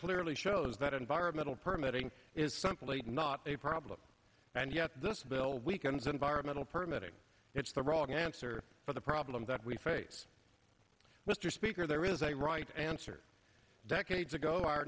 shows that environmental permitting is simply not a problem and yet this bill weakens environmental permitting it's the wrong answer for the problem that we face mr speaker there is a right answer decades ago our